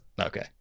Okay